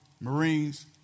Marines